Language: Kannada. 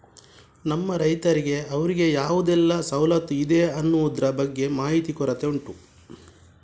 ನಮ್ಮ ರೈತರಿಗೆ ಅವ್ರಿಗೆ ಯಾವುದೆಲ್ಲ ಸವಲತ್ತು ಇದೆ ಅನ್ನುದ್ರ ಬಗ್ಗೆ ಮಾಹಿತಿ ಕೊರತೆ ಉಂಟು